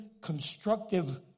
constructive